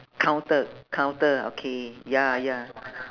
counter counter okay ya ya